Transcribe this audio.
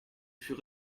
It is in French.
fût